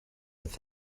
with